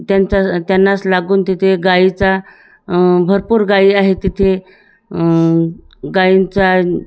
त्यांचा त्यांनाच लागून तिथे गाईचा भरपूर गायी आहे तिथे गाईंचा